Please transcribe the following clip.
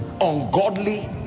ungodly